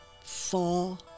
fall